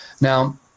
Now